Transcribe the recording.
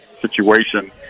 situation